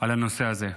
על הנושא הזה.